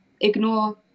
ignore